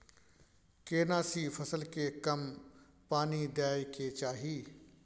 केना सी फसल के कम पानी दैय के चाही?